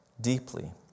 deeply